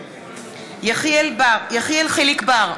יחיאל חיליק בר,